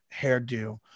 hairdo